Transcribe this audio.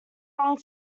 wrong